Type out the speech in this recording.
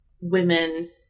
Women